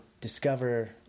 discover